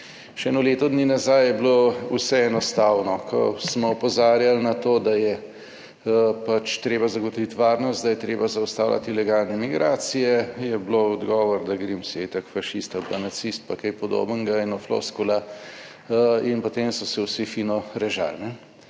Še eno leto dni nazaj je bilo vse enostavno, ko smo opozarjali na to, da je treba zagotoviti varnost, da je treba zaustavljati ilegalne migracije, je bilo odgovor, da Grims je itak fašist ali pa nacist, pa kaj podobnega, ena floskula, in potem so se vsi fino režali.